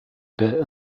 bit